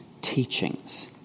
teachings